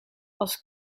als